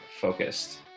focused